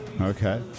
Okay